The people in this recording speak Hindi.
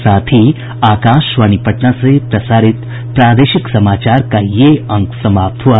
इसके साथ ही आकाशवाणी पटना से प्रसारित प्रादेशिक समाचार का ये अंक समाप्त हुआ